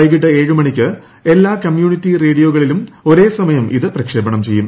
വൈകിട്ട് ഏഴ് മണിക്ക് എല്ലാ കമ്മ്യൂണിറ്റി റേഡിയോകളിലും ഒരേ സമയം ഇത് പ്രക്ഷേപണം ചെയ്യും